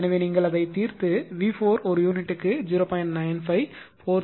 எனவே நீங்கள் அதைத் தீர்த்து V4 ஒரு யூனிட்டுக்கு 0